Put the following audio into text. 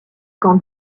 camp